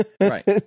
Right